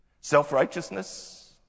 Self-righteousness